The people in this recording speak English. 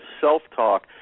self-talk